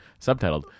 subtitled